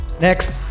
Next